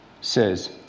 says